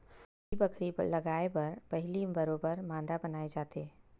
बाड़ी बखरी लगाय बर पहिली बरोबर मांदा बनाए जाथे